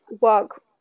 work